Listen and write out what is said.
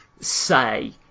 say